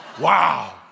Wow